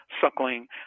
suckling